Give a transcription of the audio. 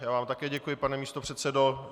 Já vám také děkuji, pane místopředsedo.